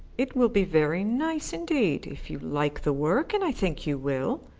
it will be very nice indeed if you like the work, and i think you will.